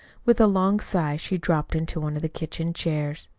with a long sigh she dropped into one of the kitchen chairs.